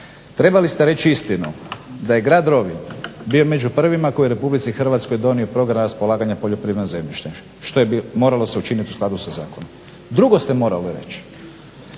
Trebali ste reći istinu da je grad Rovinj bio među prvima koji je u RH donio program raspolaganja poljoprivrednim zemljištem što se moralo učiniti u skladu s zakonom. Drugo ste morali reći